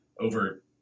over